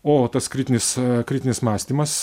o tas kritinis kritinis mąstymas